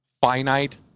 finite